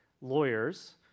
lawyers